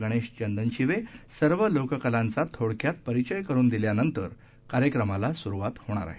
गणेश चंदनशिवे सर्व लोककलांचा थोडक्यात परिचय करून दिल्यानंतर कार्यक्रमाला सुरवात होईल